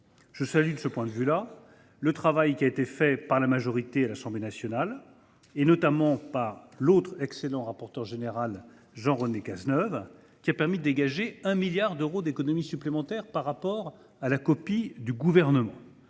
cet égard, je salue le travail réalisé par la majorité à l’Assemblée nationale, notamment par l’autre excellent rapporteur général, Jean René Cazeneuve, qui a permis de dégager 1 milliard d’euros d’économies supplémentaires par rapport à la copie du Gouvernement,